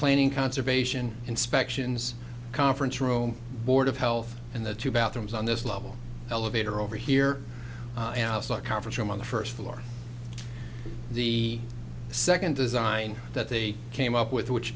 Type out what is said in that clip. planning conservation inspections conference room board of health and the two bathrooms on this level elevator over here conference room on the first floor the second design that they came up with which